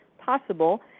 possible